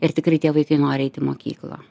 ir tikrai tie vaikai nori eiti į mokyklą